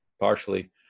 partially